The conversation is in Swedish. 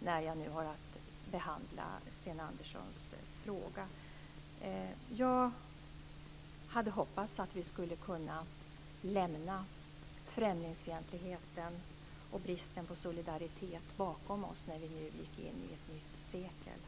när jag har att behandla Sten Anderssons fråga. Jag hade hoppats att vi skulle kunna lämna främlingsfientligheten och bristen på solidaritet bakom oss när vi gick in i ett nytt sekel.